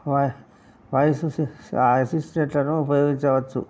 వా వాయిస్ అసిస్టంట్లను ఉపయోగించవచ్చు